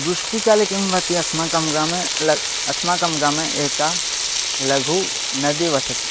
वृष्टिकाले किं भवति अस्माकं ग्रामे ल अस्माकं ग्रामे एका लघु नदी वर्तते